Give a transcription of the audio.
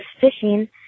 fishing